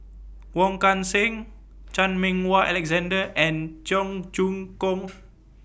Wong Kan Seng Chan Meng Wah Alexander and Cheong Choong Kong